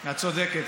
את צודקת.